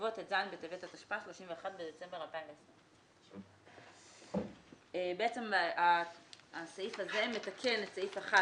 יבוא "ט"ז בטבת התשפ"א (31 בדצמבר 2020)". הסעיף הזה מתקן את סעיף 1